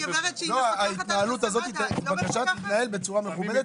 משרד הבריאות לא -- אני מבקש להתנהל בצורה מכובדת